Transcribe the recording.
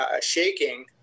shaking